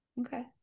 Okay